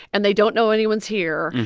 and they don't know anyone's here,